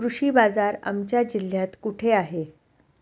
कृषी बाजार आमच्या जिल्ह्यात कुठे आहे?